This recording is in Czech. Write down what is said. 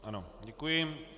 Ano, děkuji.